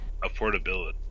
affordability